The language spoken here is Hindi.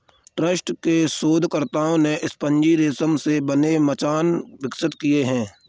टफ्ट्स के शोधकर्ताओं ने स्पंजी रेशम से बने मचान विकसित किए हैं